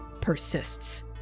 persists